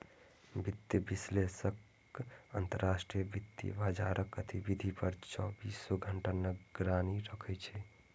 वित्तीय विश्लेषक अंतरराष्ट्रीय वित्तीय बाजारक गतिविधि पर चौबीसों घंटा निगरानी राखै छै